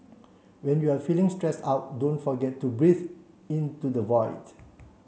when you are feeling stressed out don't forget to breathe into the void